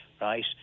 right